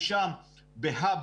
משם ב HUB,